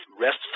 rest